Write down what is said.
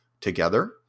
together